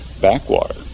backwater